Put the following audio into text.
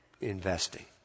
investing